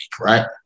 right